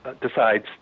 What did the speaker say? decides